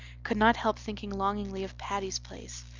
could not help thinking longingly of patty's place,